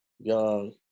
young